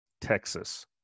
Texas